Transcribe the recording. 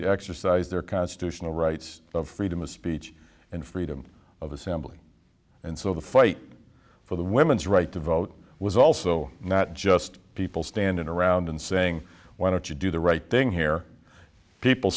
to exercise their constitutional rights of freedom of speech and freedom of assembly and so the fight for the women's right to vote was also not just people standing around and saying why don't you do the right thing here people